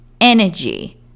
energy